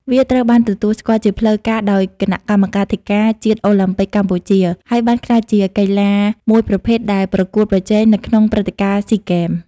វាត្រូវបានទទួលស្គាល់ជាផ្លូវការដោយគណៈកម្មាធិការជាតិអូឡាំពិកកម្ពុជា ហើយបានក្លាយជាកីឡាមួយប្រភេទដែលប្រកួតប្រជែងនៅក្នុងព្រឹត្តិការណ៍ស៊ីហ្គេម។